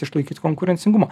išlaikyt konkurencingumą